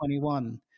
2021